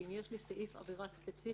אם יש לי סעיף עבירה ספציפי,